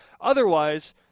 Otherwise